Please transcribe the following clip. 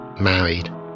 married